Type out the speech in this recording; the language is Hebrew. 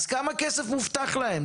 כמה כסף מובטח להם?